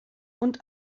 und